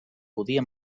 podia